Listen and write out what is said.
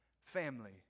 family